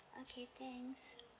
okay thanks